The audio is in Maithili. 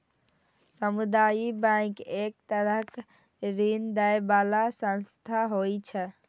सामुदायिक बैंक एक तरहक ऋण दै बला संस्था होइ छै